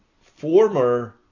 former